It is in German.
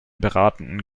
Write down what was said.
beratenden